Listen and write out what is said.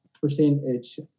percentage